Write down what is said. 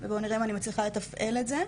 ובואו נראה אם אני מצליחה לתפעל את זה.